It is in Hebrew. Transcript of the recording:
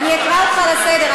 אני אקרא אותך לסדר,